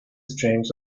strength